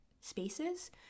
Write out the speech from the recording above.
spaces